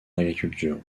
agriculture